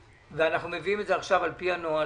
ואנחנו מביאים את זה עכשיו על פי הנוהל